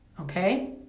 Okay